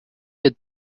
yet